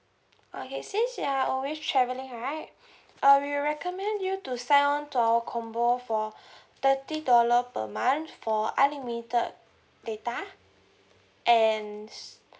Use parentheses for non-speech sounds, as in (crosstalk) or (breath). okay since you are always travelling right (breath) uh we recommend you to sign on our combo for (breath) thirty dollar per month for unlimited data and